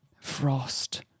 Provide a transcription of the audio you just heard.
frost